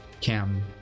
Cam